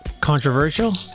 controversial